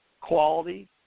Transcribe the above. quality